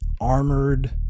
armored